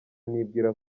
nibwira